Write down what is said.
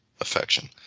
affection